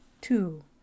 Two